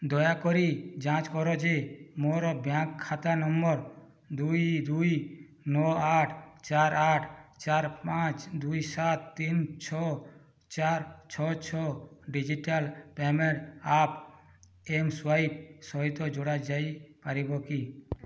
ଦୟାକରି ଯାଞ୍ଚ କର ଯେ ମୋର ବ୍ୟାଙ୍କ୍ ଖାତା ନମ୍ବର ଦୁଇ ଦୁଇ ନଅ ଆଠ ଚାରି ଆଠ ଚାରି ପାଞ୍ଚ ଦୁଇ ସାତ ତିନି ଛଅ ଚାରି ଛଅ ଛଅ digital payment app M swipe ସହିତ ଯୋଡ଼ା ଯାଇପାରିବକି